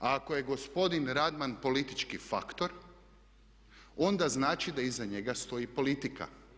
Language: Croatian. A ako je gospodin Radman politički faktor onda znači da iza njega stoji politika.